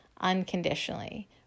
unconditionally